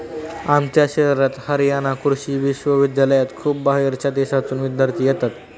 आमच्या शहरात हरयाणा कृषि विश्वविद्यालयात खूप बाहेरच्या देशांतून विद्यार्थी येतात